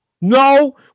no